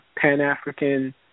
Pan-African